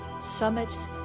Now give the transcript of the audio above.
summits